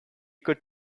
could